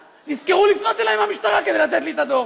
נזכרו לפנות אליי מהמשטרה כדי לתת לי את הדוח.